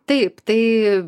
taip tai